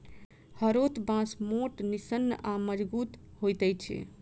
हरोथ बाँस मोट, निस्सन आ मजगुत होइत अछि